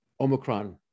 Omicron